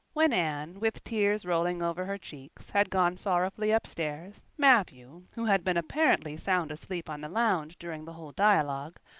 when anne, with tears rolling over her cheeks, had gone sorrowfully upstairs, matthew, who had been apparently sound asleep on the lounge during the whole dialogue,